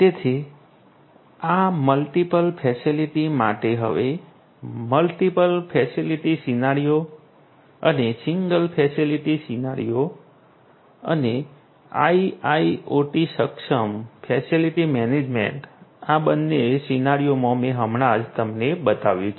તેથી આ multiple facility માટે હશે મલ્ટિપલ ફેસિલિટી સિનારીયો અને સિંગલ ફેસિલિટી સિનેરીયો અને IIoT સક્ષમ ફેસિલિટી મેનેજમેન્ટ આ બંને સિનારીયોમાં મેં હમણાં જ તમને બતાવ્યું છે